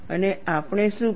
અને આપણે શું કર્યું